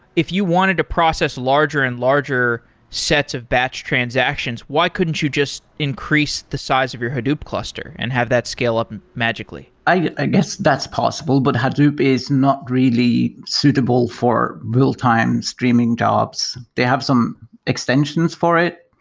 if you wanted to process larger and larger sets of batch transactions, why couldn't you just increase the size of your hadoop cluster and have that scale up magically? i guess that's possible, but hadoop is not really suitable for real-time streaming jobs. they have some extensions for it,